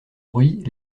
bruit